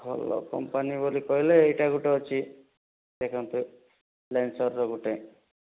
ଭଲ କମ୍ପାନୀ ବୋଲି କହିଲେ ଏଇଟା ଗୋଟେ ଅଛି ଦେଖନ୍ତୁ ଲେନ୍ସର୍ର ଗୋଟେ